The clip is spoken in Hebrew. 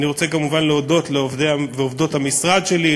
אני רוצה כמובן להודות לעובדי ועובדות המשרד שלי,